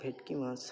ভেটকি মাছ